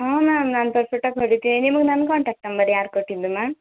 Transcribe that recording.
ಹ್ಞೂ ಮ್ಯಾಮ್ ನಾನು ಪರ್ಫೆಕ್ಟಾಗಿ ಹೊಲೀತೀನಿ ನಿಮಗೆ ನನ್ನ ಕಾಂಟಾಕ್ಟ್ ನಂಬರ್ ಯಾರು ಕೊಟ್ಟಿದ್ದು ಮ್ಯಾಮ್